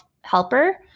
helper